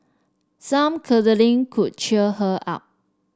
some cuddling could cheer her up